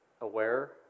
aware